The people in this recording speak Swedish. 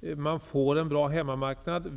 Därmed får man en bra hemmamarknad.